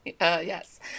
yes